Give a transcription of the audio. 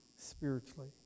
spiritually